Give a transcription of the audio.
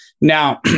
Now